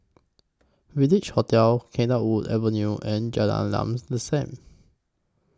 Village Hotel Cedarwood Avenue and Jalan Lam The SAM